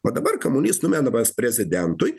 o dabar kamuolys numetamas prezidentui